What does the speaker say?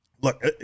Look